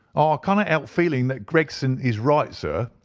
ah kind of help feeling that gregson is right, sir,